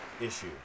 issue